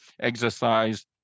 exercise